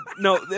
no